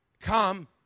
Come